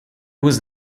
was